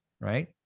right